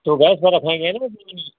तो गैस पर रखेंगे न